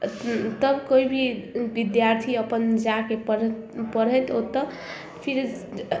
तब कोइ भी बिद्यार्थी अपन जाके पढ़ पढ़ैत ओतऽ फिर